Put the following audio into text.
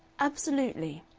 absolutely.